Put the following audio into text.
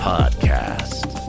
Podcast